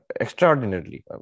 extraordinarily